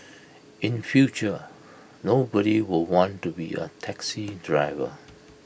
in future nobody will want to be A taxi driver